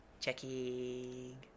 Checking